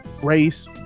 race